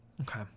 Okay